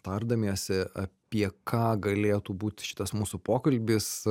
tardamiesi apie ką galėtų būt šitas mūsų pokalbis